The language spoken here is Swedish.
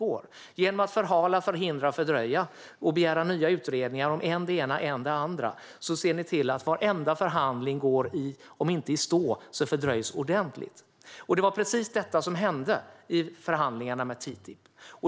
Genom att förhala, förhindra och fördröja och begära nya utredningar om än det ena, än det andra ser ni till att varenda förhandling om inte går i stå så fördröjs ordentligt. Det var precis detta som hände i förhandlingarna om TTIP.